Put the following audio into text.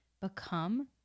become